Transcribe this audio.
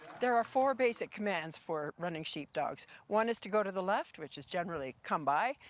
there are four basic commands for running sheepdogs. one is to go to the left, which is generally come by,